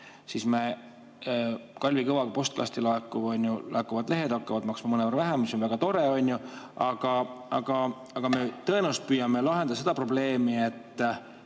siis Kalvi Kõva postkasti laekuvad lehed hakkavad maksma mõnevõrra vähem, mis on väga tore. Aga me tõenäoliselt püüame lahendada seda probleemi, et